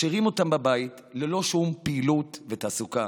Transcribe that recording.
משאירים אותם בבית ללא שום פעילות ותעסוקה.